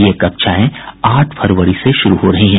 ये कक्षाएं आठ फरवरी से शुरू हो रही हैं